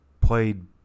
played